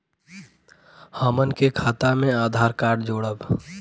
हमन के खाता मे आधार कार्ड जोड़ब?